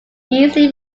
easily